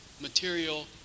material